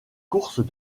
courses